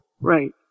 Right